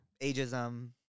ageism